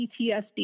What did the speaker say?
PTSD